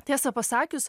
tiesą pasakius